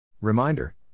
Reminder